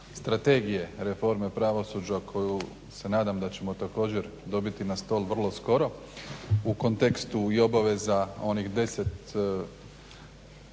Strategije reforme pravosuđa koju se nadam da ćemo također dobiti na stol vrlo skoro u kontekstu i obaveza onih 10